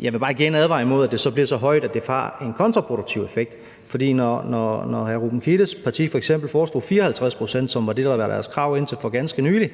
Jeg vil bare igen advare imod, at det så bliver så højt, at det får en kontraproduktiv effekt. For når hr. Ruben Kiddes parti f.eks. foreslog 54 pct., som var det, der var deres krav indtil for ganske nylig,